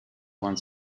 one